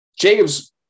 Jacob's